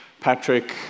Patrick